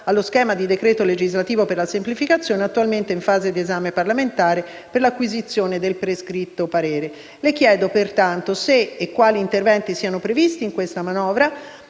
allo schema di decreto legislativo per la semplificazione, attualmente in fase di esame parlamentare per l'acquisizione del prescritto parere. Le chiedo, pertanto, se e quali interventi siano previsti nella manovra